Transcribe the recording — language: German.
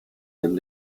neben